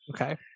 okay